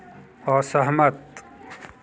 असहमत